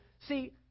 See